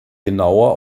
genauer